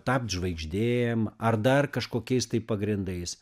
tapt žvaigždėm ar dar kažkokiais tai pagrindais